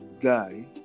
guy